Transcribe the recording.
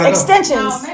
Extensions